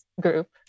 group